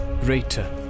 Greater